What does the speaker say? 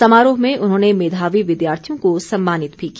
समारोह में उन्होंने मेधावी विद्यार्थियों को सम्मानित भी किया